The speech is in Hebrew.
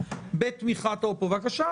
בבקשה.